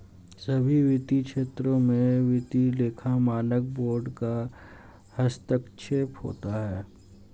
सभी वित्तीय क्षेत्रों में वित्तीय लेखा मानक बोर्ड का हस्तक्षेप होता है